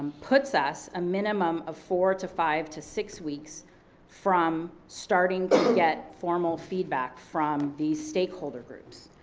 puts us a minimum of four to five to six weeks from starting to get formal feedback from these stakeholder groups,